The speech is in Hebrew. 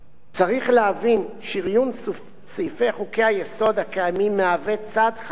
שִריון סעיפי חוקי-היסוד הקיימים מהווה צעד חשוב מן המעלה הראשונה